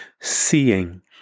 seeing